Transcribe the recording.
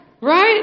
Right